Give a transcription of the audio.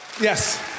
Yes